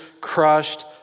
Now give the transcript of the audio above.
crushed